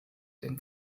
den